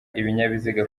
ikinyabiziga